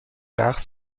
رقص